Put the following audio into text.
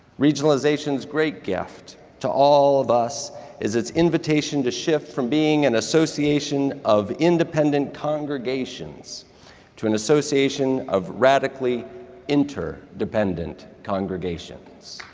regionalization's great gift to all of us is its invitation to shift from being an association of independent congregations to an association of radically interdependent congregations.